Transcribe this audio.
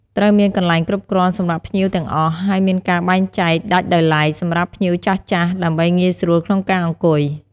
ត្រូវមានកន្លែងគ្រប់គ្រាន់សម្រាប់ភ្ញៀវទាំងអស់ ហើយមានការបែងចែកដាច់ដោយឡែកសម្រាប់ភ្ញៀវចាស់ៗ ដើម្បីងាយស្រួលក្នុងការអង្គុយ។